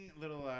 little